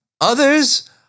Others